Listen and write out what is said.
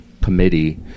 committee